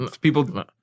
people